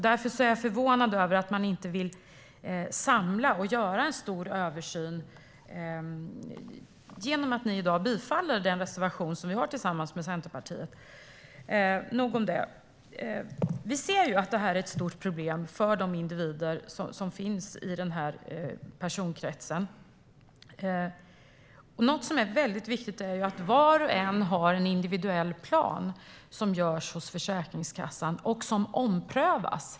Därför är jag förvånad över att ni inte vill göra en stor översyn genom att i dag bifalla den reservation som vi har tillsammans med Centerpartiet. Nog om detta. Vi ser att detta är ett stort problem för de individer som finns i denna personkrets. Något som är mycket viktigt är att var och en har en individuell plan som görs hos Försäkringskassan och som omprövas.